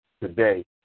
today